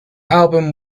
album